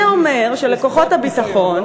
זה אומר שלכוחות הביטחון,